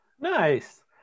nice